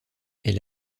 est